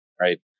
Right